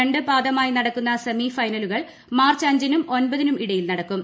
രണ്ട് പാദമായി ന്ടക്കുന്ന സെമി ഫൈനലുകൾ മാർച്ച് അഞ്ചിനും ഒമ്പിതീനും ഇടയിൽ നടക്കും